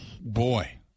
boy